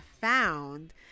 found